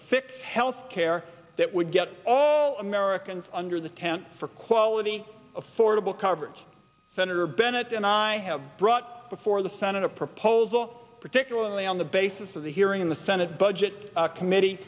fix health care that would get all americans under the tent for quality affordable coverage senator bennett and i have brought before the senate a proposal particularly on the basis of the hearing in the senate budget committee